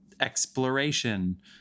Exploration